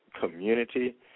community